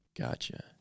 Gotcha